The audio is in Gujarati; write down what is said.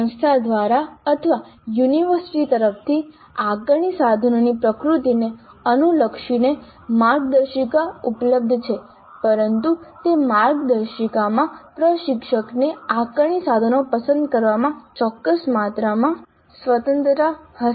સંસ્થા દ્વારા અથવા યુનિવર્સિટી તરફથી આકારણી સાધનોની પ્રકૃતિને અનુલક્ષીને માર્ગદર્શિકા ઉપલબ્ધ છે પરંતુ તે માર્ગદર્શિકામાં પ્રશિક્ષકને આકારણી સાધનો પસંદ કરવામાં ચોક્કસ માત્રામાં સ્વતંત્રતા હશે